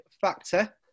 factor